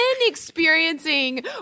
experiencing